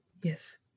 Yes